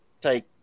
take